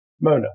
Mona